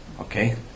okay